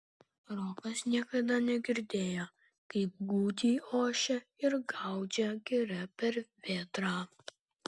rokas niekada negirdėjo kaip gūdžiai ošia ir gaudžia giria per vėtrą